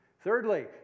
Thirdly